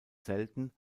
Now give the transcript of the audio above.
selten